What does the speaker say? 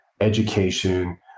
education